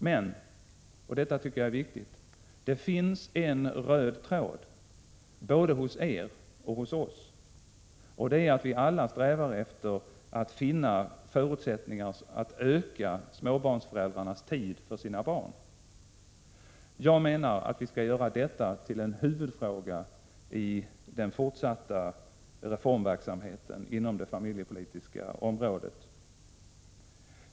Men, och detta tycker jag är viktigt, det finns en röd tråd, både hos er och hos oss, nämligen att vi alla strävar efter att finna förutsättningar för att öka småbarnsföräldrarnas tid för sina barn. Jag menar att vi skall göra detta till en huvudfråga i den fortsatta reformverksamheten inom det familjepolitiska området.